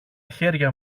χέρια